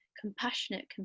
Compassionate